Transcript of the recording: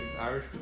Irish